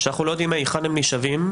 שאיננו יודעים מהיכן נשאבים,